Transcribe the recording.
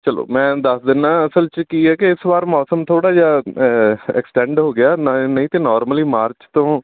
ਚਲੋ ਮੈਂ ਦੱਸ ਦਿੰਦਾ ਅਸਲ 'ਚ ਕੀ ਹੈ ਕਿ ਇਸ ਵਾਰ ਮੌਸਮ ਥੋੜ੍ਹਾ ਜਿਹਾ ਐਕਸਟੈਂਡ ਹੋ ਗਿਆ ਨ ਨਹੀਂ ਤਾਂ ਨੋਰਮਲੀ ਮਾਰਚ ਤੋਂ